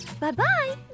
Bye-bye